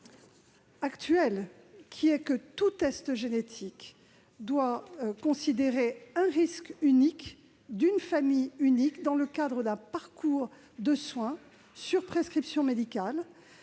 actuelle, qui prévoit que tout test génétique doit considérer un risque unique, dans une famille unique, dans le cadre d'un parcours de soins, sur prescription médicale.